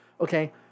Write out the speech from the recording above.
okay